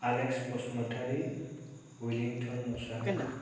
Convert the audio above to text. Alex Basumatary Wellington Mushahary